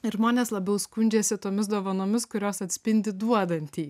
ir žmonės labiau skundžiasi tomis dovanomis kurios atspindi duodantį